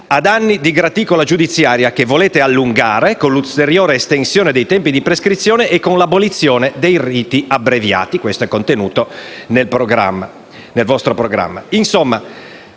ad anni di graticola giudiziaria? Graticola che volete allungare con l'ulteriore estensione dei tempi di prescrizione e con l'abolizione dei riti abbreviati. Questo è contenuto nel vostro programma.